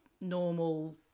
normal